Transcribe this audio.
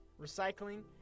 Recycling